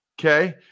Okay